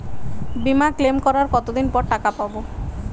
বিমা ক্লেম করার কতদিন পর টাকা পাব?